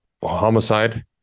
Homicide